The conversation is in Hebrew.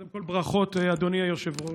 קודם כול, ברכות, אדוני היושב-ראש.